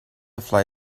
fly